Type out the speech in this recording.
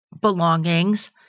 belongings